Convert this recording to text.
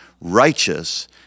righteous